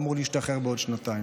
והוא אמור להשתחרר בעוד שנתיים.